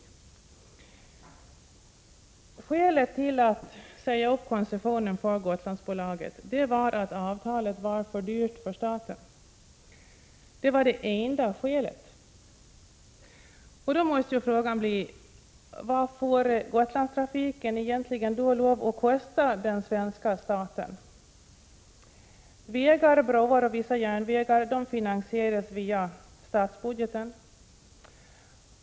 Det enda skälet till uppsägandet av koncessionen för Gotlandsbolaget var att avtalet var för dyrt för staten. Då måste frågan bli: Vad får Gotlandstrafiken egentligen kosta den svenska staten? Vägar, broar och vissa järnvägar finansieras via statsbudgeten.